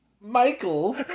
Michael